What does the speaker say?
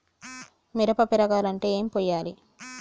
మిరప పెరగాలంటే ఏం పోయాలి?